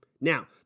now